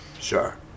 Sure